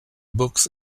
books